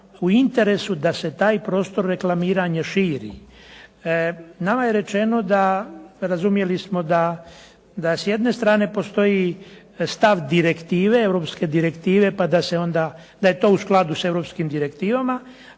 u interesu da se taj prostor reklamiranja širi. Nama je rečeno da, razumjeli smo da s jedne strane postoji stav direktive, europske direktive pa da je to onda u skladu s europskim direktivama,